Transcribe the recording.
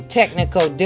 technical